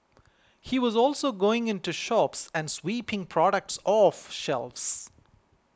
he was also going into shops and sweeping products off shelves